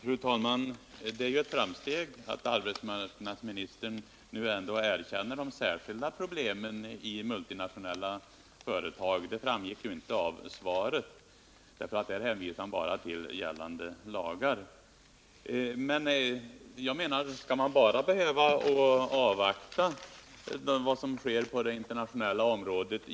Fru talman! Det är ju ett framsteg att arbetsmarknadsministern nu ändå erkänner de särskilda problemen i multinationella företag. I svaret hänvisade arbetsmarknadsministern bara till gällande lagar. Men skall man bara avvakta vad som sker på det internationella området?